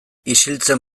isiltzen